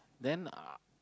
then uh